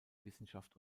wissenschaft